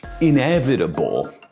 inevitable